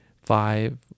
five